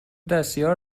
دستیار